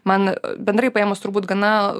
man bendrai paėmus turbūt gana